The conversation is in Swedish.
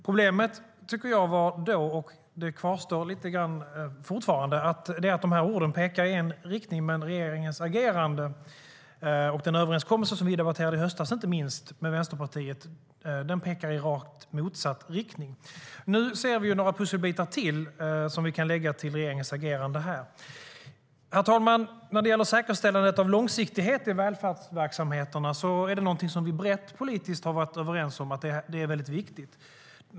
Jag tycker att problemet då var - och det kvarstår lite grann fortfarande - att orden pekar i en riktning, men regeringens agerande och inte minst den överenskommelse med Vänsterpartiet som vi debatterade i höstas pekar i rakt motsatt riktning. Nu ser vi några pusselbitar till som vi kan lägga till regeringens agerande. Herr talman! Säkerställandet av långsiktighet i välfärdsverksamheterna är någonting som vi brett politiskt har varit överens om är viktigt.